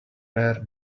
rare